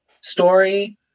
story